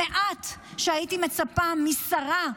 המעט שהייתי מצפה משרה,